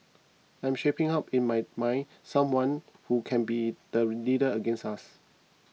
I am shaping up in my mind someone who can be the leader against us